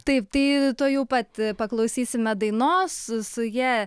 taip tai tuojau pat paklausysime dainos s su ja